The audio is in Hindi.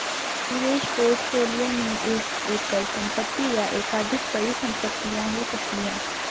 निवेश पोर्टफोलियो में एक एकल संपत्ति या एकाधिक परिसंपत्तियां हो सकती हैं